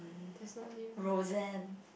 there's no name right